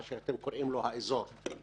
מה שאתם קוראים לו "האזור",